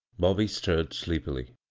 bobby stirred sleepily.